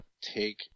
take